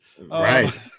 Right